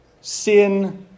sin